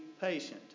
patient